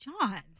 John